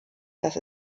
dass